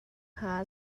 hnga